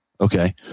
okay